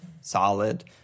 solid